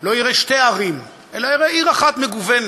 לא יראה שתי ערים, אלא יראה עיר אחת מגוונת,